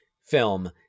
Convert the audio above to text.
film